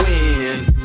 win